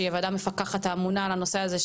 שהיא הוועדה המפקחת האמונה על הנושא הזה,